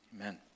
Amen